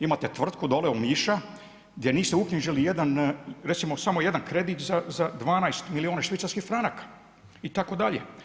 Imate tvrtku dole u Omiša gdje nisu uknjižili jedan, recimo samo jedan kredit za 12 milijuna švicarskih franaka itd.